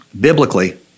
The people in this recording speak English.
Biblically